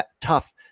tough